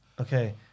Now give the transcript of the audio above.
Okay